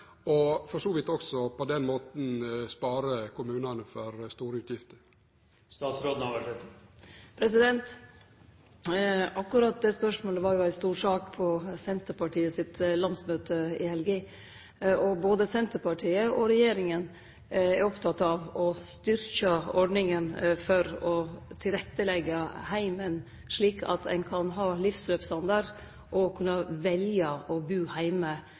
og for så vidt også på den måten spare kommunane for store utgifter? Akkurat det spørsmålet var jo ei stor sak på Senterpartiet sitt landsmøte i helga. Både Senterpartiet og regjeringa er opptekne av å styrkje ordninga for å leggje til rette i heimen slik at han kan ha livsløpsstandard, og ein dermed kan velje å bu heime